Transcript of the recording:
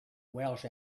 welsh